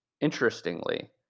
Interestingly